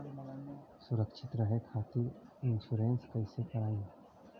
सुरक्षित रहे खातीर इन्शुरन्स कईसे करायी?